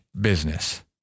business